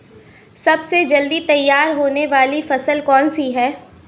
सबसे जल्दी तैयार होने वाली फसल कौन सी है?